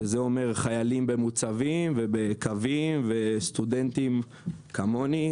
שזה אומר חיילים במוצבים ובקווים וסטודנטים כמוני,